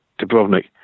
Dubrovnik